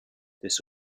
this